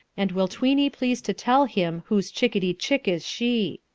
and will tweeny please to tell him whose chickety chick is she.